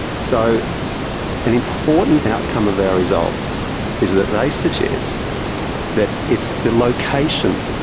so an important outcome of our results is that they suggest that it's the location,